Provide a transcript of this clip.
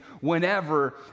whenever